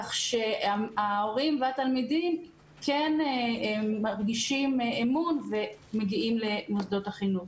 כך שההורים והתלמידים כן מרגישים אמון ומגיעים למוסדות החינוך.